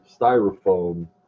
styrofoam